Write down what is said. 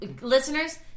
Listeners